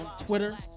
Twitter